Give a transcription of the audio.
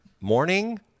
Morning